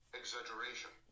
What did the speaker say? exaggeration